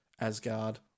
Asgard